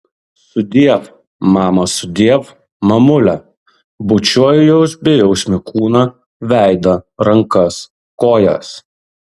sudiev mama sudiev mamule bučiuoju jos bejausmį kūną veidą rankas kojas